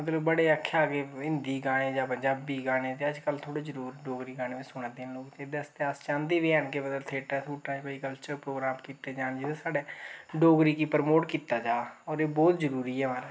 मतलब बड़ें आखेआ के हिंदी गाने जां पंजाबी गाने ते अज्जकल थोह्ड़े जरूर डोगरी गाने बी सुनै दे न लोक ते एह्दे आस्तै अस चांह्दे बी हैन कि मतलब थिएटरें थुएटरें च कोई कल्चरल प्रोग्राम कीते जान जेह्ड़े साढ़े डोगरी गी प्रमोट कीता जा होर एह् बहुत जरूरी ऐ